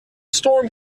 storm